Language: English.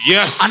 Yes